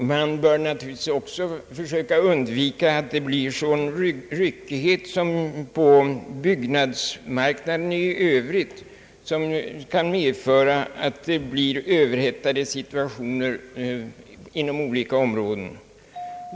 Likaså bör man söka undvika sådan ryckighet på byggnadsmarknaden i övrigt, som kan medföra överhettade situationer inom olika områden.